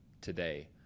today